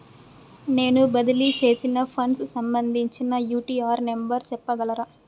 నేను బదిలీ సేసిన ఫండ్స్ సంబంధించిన యూ.టీ.ఆర్ నెంబర్ సెప్పగలరా